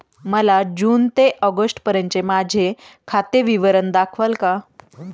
मला जून ते ऑगस्टपर्यंतचे माझे खाते विवरण दाखवाल का?